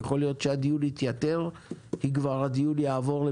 יכול להיות שהדיון יתייתר כי הוא כבר יעבור לוועדה